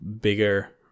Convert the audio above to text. bigger